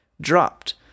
dropped